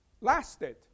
lasted